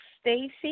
Stacey